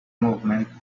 movement